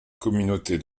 communauté